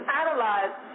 analyze